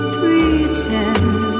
pretend